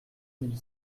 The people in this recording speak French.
mille